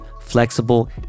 flexible